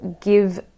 give